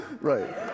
Right